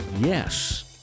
yes